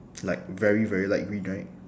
like very very light green right